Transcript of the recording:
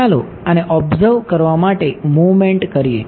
ચાલો આને ઓબ્ઝર્વ કરવા માટે મુવમેંટ કરીએ